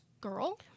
girl